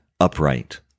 upright